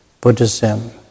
Buddhism